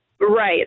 Right